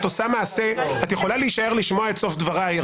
את יכולה להישאר לשמוע את סוף דבריי.